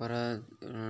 परत